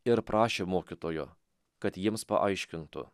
ir prašė mokytojo kad jiems paaiškintų